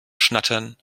schnattern